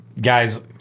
guys